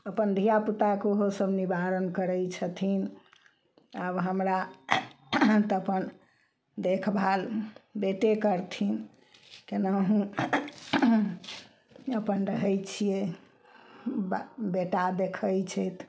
अपन धियापुताके उहो सब निबारण करय छथिन आब हमरा तऽ अपन देखभाल बेटे करथिन केनाहुँ अपन रहय छियै बा बेटा देखय छथि